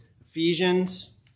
Ephesians